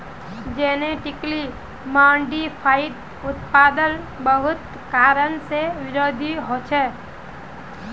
genetically modified उत्पादेर बहुत कारण से विरोधो होछे